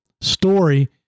story